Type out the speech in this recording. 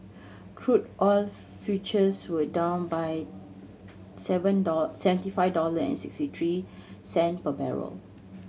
crude oil futures were down to seven seventy five dollar sixty three cent per barrel